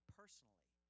personally